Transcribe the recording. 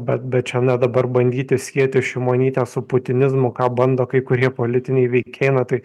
bet bet čia na dabar bandyti sieti šimonytę su putinizmu ką bando kai kurie politiniai veikėjai na tai